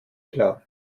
klar